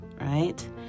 right